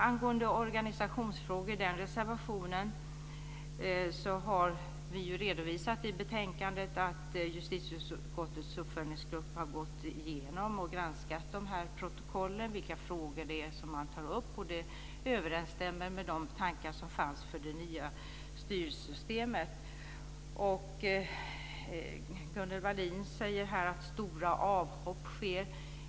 Angående reservationen om organisationsfrågor har vi redovisat i betänkandet att justitieutskottets uppföljningsgrupp har gått igenom och granskat protokollen och vilka frågor som man tar upp. Det överensstämmer med de tankar som fanns för det nya styrsystemet. Gunnel Wallin säger här att stora avhopp sker.